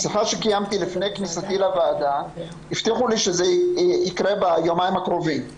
בשיחה שקיימתי לפני כניסתי לוועדה הבטיחו לי שזה יקרה ביומיים הקרובים.